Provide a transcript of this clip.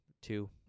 two